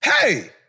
Hey